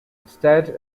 instead